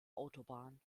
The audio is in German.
autobahn